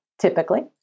typically